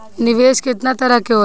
निवेस केतना तरीका के होला?